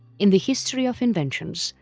in the history of inventions,